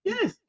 Yes